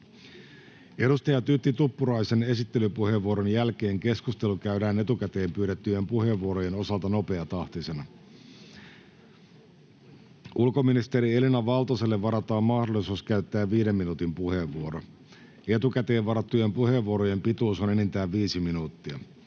Edustaja Tytti Tuppuraisen esittelypuheenvuoron jälkeen keskustelu käydään etukäteen pyydettyjen puheenvuorojen osalta nopeatahtisena. Ulkoministeri Elina Valtoselle varataan mahdollisuus käyttää viiden minuutin puheenvuoro. Etukäteen varattujen puheenvuorojen pituus on enintään viisi minuuttia.